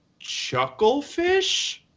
Chucklefish